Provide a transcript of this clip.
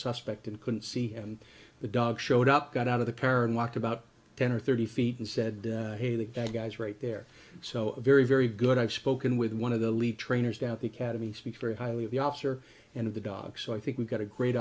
suspect and couldn't see and the dog showed up got out of the pair and walked about ten or thirty feet and said hey the guy's right there so very very good i've spoken with one of the lead trainers doubt the cademy speaks very highly of the officer and the dog so i think we've got a great